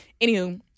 Anywho